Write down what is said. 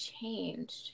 changed